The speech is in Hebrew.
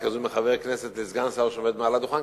מוטיבציה כזו מחבר כנסת לסגן שר שעומד על הדוכן,